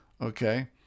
okay